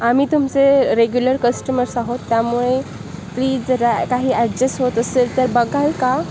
आम्ही तुमचे regular customers आहोत त्यामुळे प्लीज जरा काही ॲडजस्ट होत असेल तर बघाल का